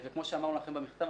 וכמו שאמרנו לכם במכתב,